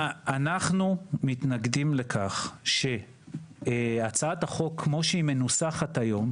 אנחנו מתנגדים לכך שהצעת החוק כמו שהיא מנוסחת היום,